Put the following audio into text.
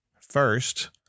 First